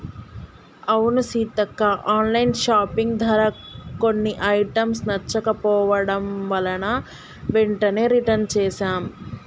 అవును Seethakka online shopping ధర కొన్ని ఐటమ్స్ నచ్చకపోవడం వలన వెంటనే రిటన్ చేసాం